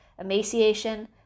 emaciation